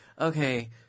okay